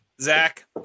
Zach